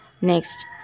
next